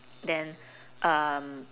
then um